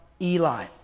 Eli